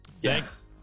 Yes